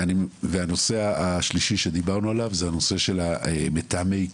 ג' - הנושא שדיברנו עליו של מתאמי קהילה,